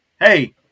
hey